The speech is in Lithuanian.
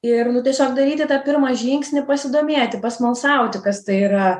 ir nu tiesiog daryti tą pirmą žingsnį pasidomėti pasmalsauti kas tai yra